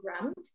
ground